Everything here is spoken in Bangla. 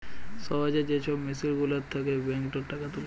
সহজে যে ছব মেসিল গুলার থ্যাকে ব্যাংকটর টাকা তুলে